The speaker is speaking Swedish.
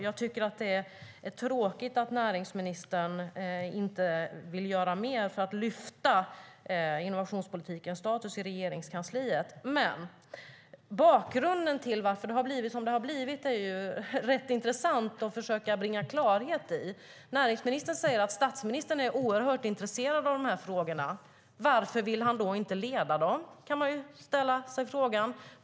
Jag tycker att det är tråkigt att näringsministern inte vill göra mer för att lyfta innovationspolitikens status i Regeringskansliet. Det är rätt intressant att försöka bringa klarhet i bakgrunden till att det har blivit som det har blivit. Näringsministern säger att statsministern är oerhört intresserad av frågorna. Varför vill han då inte leda dem? Den frågan kan man ställa sig.